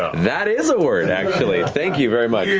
that is a word, actually, thank you very much.